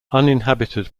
uninhabited